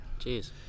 Jeez